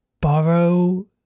borrow